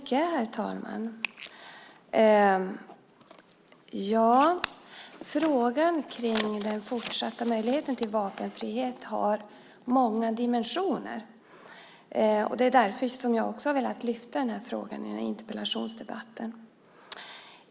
Herr talman! Frågan om den fortsatta möjligheten till vapenfrihet har många dimensioner. Det är också därför jag har velat lyfta fram den här frågan i den här interpellationsdebatten.